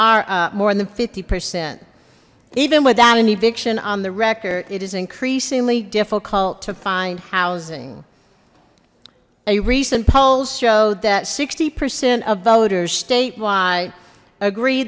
are more than fifty percent even without an eviction on the record it is increasingly difficult to find housing a recent polls showed that sixty percent of voters statewide agree